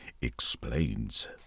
explains